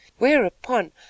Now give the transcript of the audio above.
WHEREUPON